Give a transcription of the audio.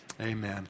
Amen